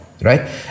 right